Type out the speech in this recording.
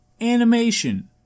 Animation